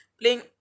playing